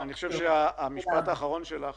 אני חושב שהמשפט האחרון שלך